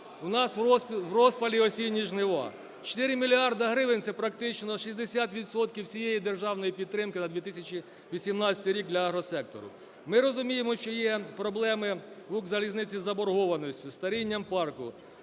У нас в розпалі осінні жнива. 4 мільярди гривень – це практично 60 відсотків всієї державної підтримки на 2018 рік для агросектору. Ми розуміємо, що є проблеми у "Укрзалізниці" з заборгованістю, старінням парку,